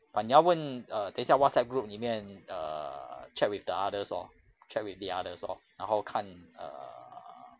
but 你要问 err 等一下 whatsapp group 里面 err check with the others lor check with the others lor 然后看 err